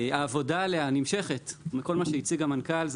העבודה עליה נמשכת כל מה שהציג המנכ"ל,